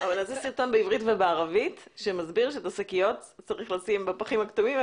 סרטון בעברית ובערבית שמסביר שאת השקיות צריך לשים בפחים הכתומים,